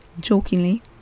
jokingly